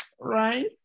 right